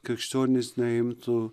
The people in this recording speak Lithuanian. krikščionys neimtų